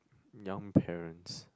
young parents